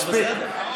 מספיק.